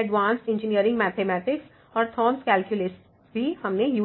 advanced engineering mathematics और Thomas calculus Thomas' Calculus भी